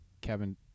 Kevin